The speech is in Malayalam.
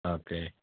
അതെ